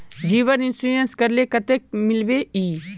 जीवन इंश्योरेंस करले कतेक मिलबे ई?